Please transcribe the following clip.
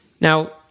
now